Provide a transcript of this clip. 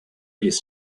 really